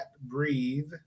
breathe